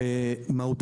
מהות